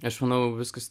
aš manau viskas